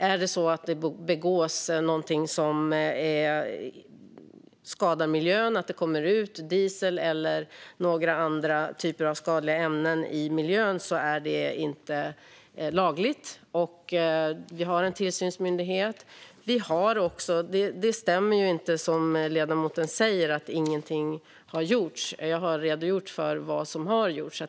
Är det så att det begås något som skadar miljön, till exempel att det kommer ut diesel eller andra skadliga ämnen i miljön, är det inte lagligt. Vi har en tillsynsmyndighet för det. Det stämmer inte som ledamoten säger att ingenting har gjorts. Jag har redogjort för vad som har gjorts.